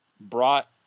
brought